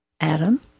Adam